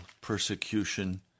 persecution